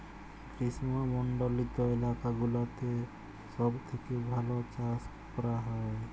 গ্রীস্মমন্ডলিত এলাকা গুলাতে সব থেক্যে ভাল চাস ক্যরা হ্যয়